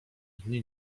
dni